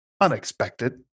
unexpected